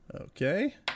Okay